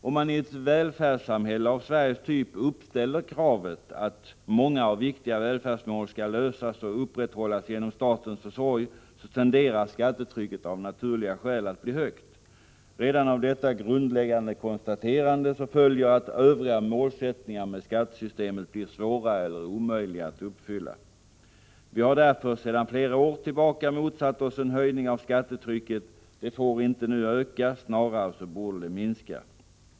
Om man i ett välfärdssamhälle av Sveriges typ uppställer kravet att många och viktiga välfärdsmål skall lösas och upprätthållas genom statens försorg, tenderar skattetrycket av naturliga skäl att bli högt. Redan av detta grundläggande konstaterande följer att övriga mål beträffande skattesystemet blir svåra eller omöjliga att uppfylla. Vi har därför sedan flera år tillbaka motsatt oss en höjning av skattetrycket. Det får inte öka, utan snarare borde det minska.